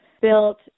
built